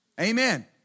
Amen